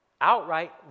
Outright